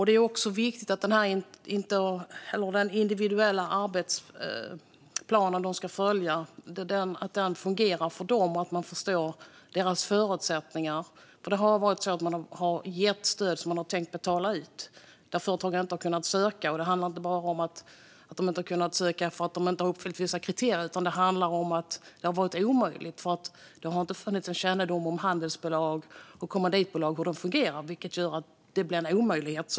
Det är också viktigt att den individuella arbetsplanen de ska följa fungerar för dem och att man förstår deras förutsättningar. Man har nämligen tänkt betala ut stöd som företagen inte har kunnat söka. Det handlar inte bara om att de inte har uppfyllt vissa kriterier, utan det har varit omöjligt att söka dem eftersom det inte har funnits kännedom om hur handelsbolag och kommanditbolag fungerar. Det har därför blivit en omöjlighet.